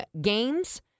games